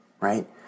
Right